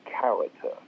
character